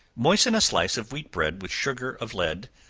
moisten a slice of wheat bread with sugar of lead,